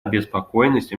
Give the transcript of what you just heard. обеспокоенность